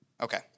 Okay